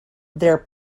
their